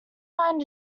find